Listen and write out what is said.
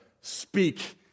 speak